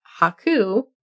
Haku